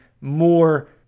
more